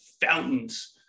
fountains